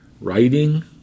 writing